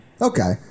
Okay